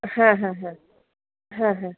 হ্যাঁ হ্যাঁ হ্যাঁ হ্যাঁ হ্যাঁ